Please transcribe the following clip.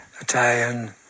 Italian